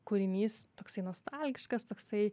kūrinys toksai nostalgiškas toksai